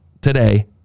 today